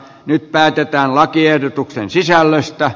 nyt päätetään lakiehdotuksen sisällöstä